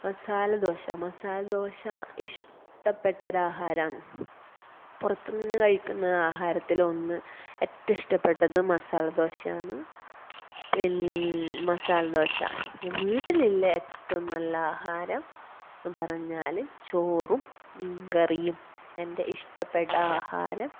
മസാലദോശ മസാലദോശ ഇഷ്ടപ്പെട്ട ഒരാഹാരമാണ് പുറത്ത് നിന്ന് കഴിക്കുന്ന ആഹാരത്തിലൊന്ന് ഏറ്റവും ഇഷ്ടപ്പെട്ടത് മസാലദോശയാണ് പിന്നെ മസാലദോശ വീട്ടിലുള്ള ഏറ്റവും നല്ല ആഹാരം എന്ന് പറഞ്ഞാല് ചോറും മീന്കറിയും എന്റെ ഇഷ്ടപ്പെട്ട ആഹാരം